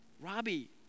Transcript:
Robbie